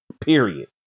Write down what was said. period